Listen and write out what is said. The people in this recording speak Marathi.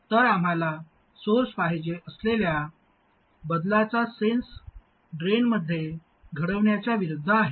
तर आम्हाला सोर्स पाहिजे असलेल्या बदलाचा सेन्स ड्रेनमध्ये घडण्याच्या विरूद्ध आहे